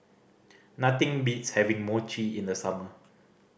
nothing beats having Mochi in the summer